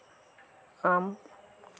ᱠᱚᱢ